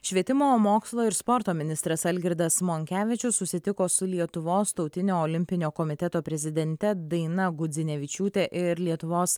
švietimo mokslo ir sporto ministras algirdas monkevičius susitiko su lietuvos tautinio olimpinio komiteto prezidente daina gudzinevičiūtė ir lietuvos